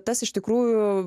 tas iš tikrųjų